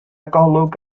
golwg